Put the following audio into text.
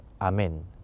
Amen